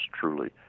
truly